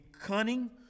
cunning